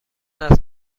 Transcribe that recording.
است